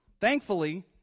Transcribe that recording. Thankfully